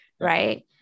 right